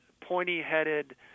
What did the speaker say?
pointy-headed